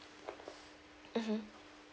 mmhmm